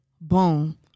boom